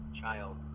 child